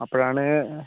അപ്പോഴാണ്